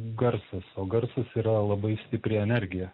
garsas o garsas yra labai stipri energija